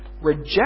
reject